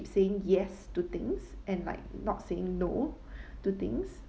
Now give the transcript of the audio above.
saying yes to things and like not saying no to things